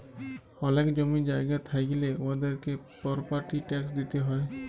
অলেক জমি জায়গা থ্যাইকলে উয়াদেরকে পরপার্টি ট্যাক্স দিতে হ্যয়